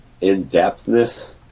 in-depthness